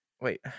Wait